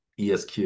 ESQ